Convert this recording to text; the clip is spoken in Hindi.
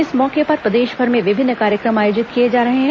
इस मौके पर प्रदेशभर में विभिन्न कार्यक्रम आयोजित किए जा रहे हैं